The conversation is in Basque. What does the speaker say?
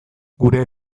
gure